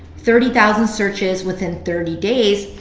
thirty thousand searches within thirty days,